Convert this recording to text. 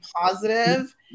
positive